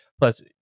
plus